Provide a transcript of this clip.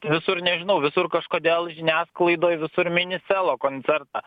visur nežinau visur kažkodėl žiniasklaidoj visur mini selo koncertą